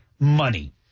Money